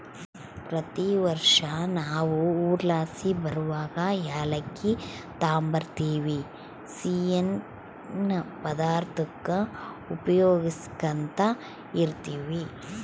ಪ್ರತಿ ವರ್ಷ ನಾವು ಊರ್ಲಾಸಿ ಬರುವಗ ಏಲಕ್ಕಿ ತಾಂಬರ್ತಿವಿ, ಸಿಯ್ಯನ್ ಪದಾರ್ತುಕ್ಕ ಉಪಯೋಗ್ಸ್ಯಂತ ಇರ್ತೀವಿ